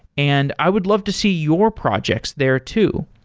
and i would love to see your projects there too.